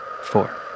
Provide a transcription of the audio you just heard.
four